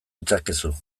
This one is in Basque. ditzakezu